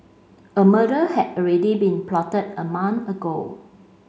a murder had already been plotted a month ago